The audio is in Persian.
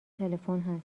تلفن